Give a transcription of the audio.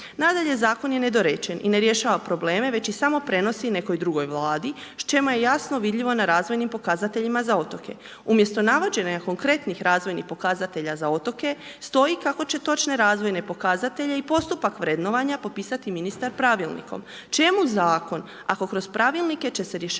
Nadalje, Zakon je nedorečen i ne rješava probleme, već ih samo prenosi nekoj drugoj Vladi čemu je jasno vidljivo na razvojnim pokazateljima za otoke. Umjesto navođenja konkretnih razvojnih pokazatelja za otoke stoji kako će točne razvojne pokazatelje i postupak vrednovanja popisati ministar pravilnikom. Čemu Zakon ako kroz pravilnike će se rješavati